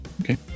Okay